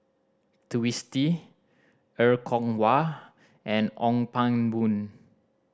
Twisstii Er Kwong Wah and Ong Pang Boon